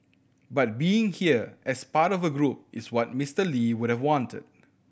but being here as part of a group is what Miser Lee would've wanted